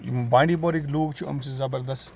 یِم بانڈی پورہٕکۍ لوٗکھ چھِ یِم چھِ زَبردست